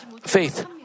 faith